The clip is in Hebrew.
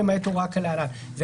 לעניין הגדרה זו,